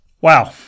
Wow